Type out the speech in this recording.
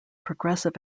progressive